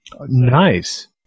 Nice